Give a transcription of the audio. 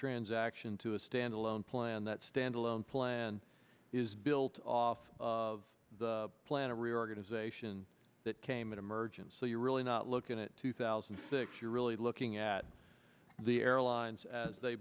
transaction to a standalone plan that standalone plan is built off of the plan a reorganization that came in emergency really not looking at two thousand and six you're really looking at the airlines as they